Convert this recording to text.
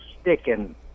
sticking